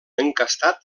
encastat